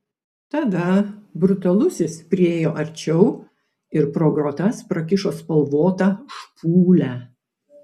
tada brutalusis priėjo arčiau ir pro grotas prakišo spalvotą špūlę